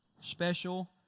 special